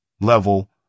level